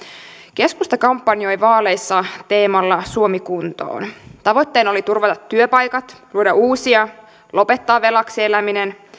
keskusta kampanjoi vaaleissa teemalla suomi kuntoon tavoitteena oli turvata työpaikat luoda uusia lopettaa velaksi eläminen